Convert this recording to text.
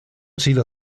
sido